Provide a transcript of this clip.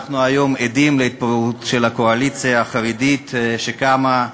אנחנו עדים היום להתפוררות של הקואליציה החרדית שקמה.